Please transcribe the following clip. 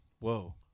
Whoa